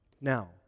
Now